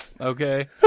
Okay